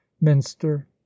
minster